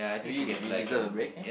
we we deserve a break ya